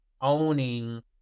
owning